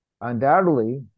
undoubtedly